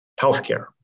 healthcare